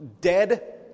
dead